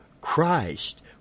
Christ